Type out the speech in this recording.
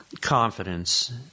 confidence